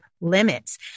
limits